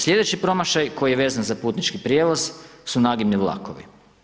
Slijedeći promašaj koji je vezan za putnički prijevoz su nagibni vlakovi.